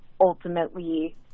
ultimately